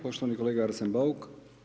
Poštovani kolega Arsen Bauk.